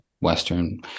Western